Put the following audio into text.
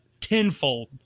tenfold